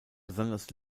besonders